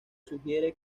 sugiere